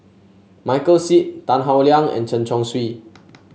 Michael Seet Tan Howe Liang and Chen Chong Swee